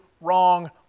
wrong